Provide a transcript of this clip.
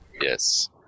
Yes